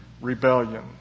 rebellion